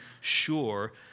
sure